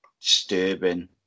disturbing